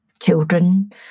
Children